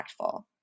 impactful